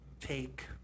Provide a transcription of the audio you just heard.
take